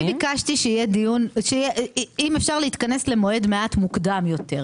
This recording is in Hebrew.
אני ביקשתי להתכנס למועד מוקדם יותר,